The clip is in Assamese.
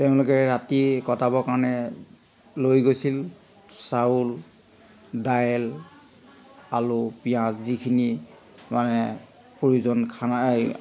তেওঁলোকে ৰাতি কটাবৰ কাৰণে লৈ গৈছিল চাউল দাইল আলু পিঁয়াজ যিখিনি মানে প্ৰয়োজন খানাৰ এই